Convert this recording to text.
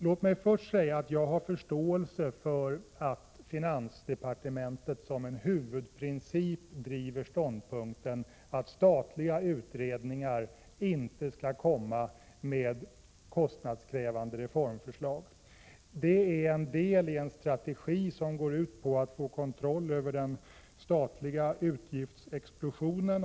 Låt mig först säga att jag har förståelse för att finansdepartementet som en huvudprincip driver ståndpunkten att statliga utredningar inte skall föreslå kostnadskrävande reformer. Det är en del i en strategi som går ut på att få kontroll över den statliga utgiftsexplosionen.